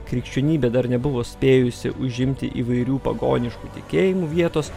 krikščionybė dar nebuvo spėjusi užimti įvairių pagoniškų tikėjimų vietos